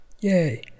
Yay